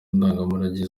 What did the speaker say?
ndangamurage